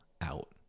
out